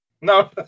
no